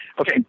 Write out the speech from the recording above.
okay